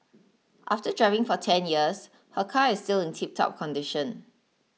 after driving for ten years her car is still in tiptop condition